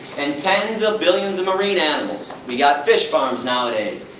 and tens of billions of marine animals. we got fish farms nowadays.